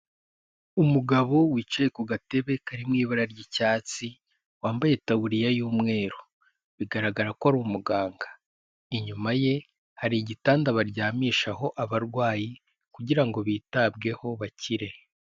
Umugabo wicaye ku gatebe kari mu ibara ry'icyatsi, wambaye itaburiya y'umweru bigaragara ko ari umuganga, inyuma ye hari igitanda baryamishaho abarwayi kugira ngo bitabweho bakire.